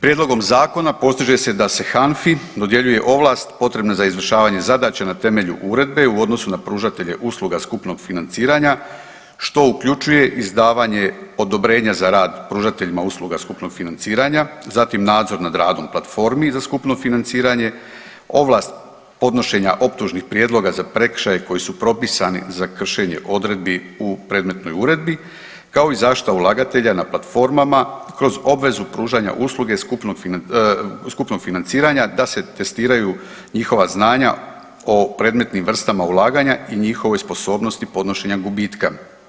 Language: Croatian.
Prijedlogom zakona postiže se da se HANFA-i dodjeljuje ovlast potrebna za izvršavanje zadaća na temelju Uredbe u odnosu na pružatelje usluga skupnog financiranja, što uključuje izdavanje odobrenja za rad pružateljima usluga skupnog financiranja, zatim nadzor nad radom platformi za skupno financiranje, ovlast podnošenja optužnih prijedloga za prekršaje koji su propisani za kršenje odredbi u predmetnoj uredbi, kao i zaštita ulagatelja na platformama kroz obvezu pružanja usluge skupnog financiranja da se testiraju njihova znanja o predmetnim vrstama ulaganja i njihovoj sposobnosti podnošenja gubitka.